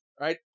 Right